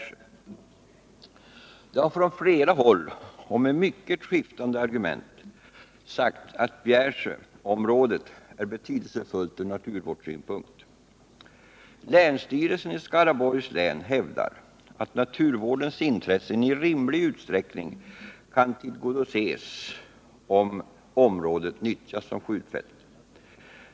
Onsdagen den Det har från flera håll och med mycket skiftande argument sagts att 6 december 1978 Bjärsjöområdet är betydelsefullt ur naturvårdssynpunkt. Länsstyrelsen i Skaraborgs län hävdar att naturvårdens intressen i rimlig utsträckning kan tillgodoses även om området nyttjas som skjutfält.